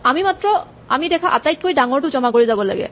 আমি মাত্ৰ আমি দেখা আটাইতকৈ ডাঙৰটো জমা কৰি যাব লাগে